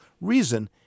reason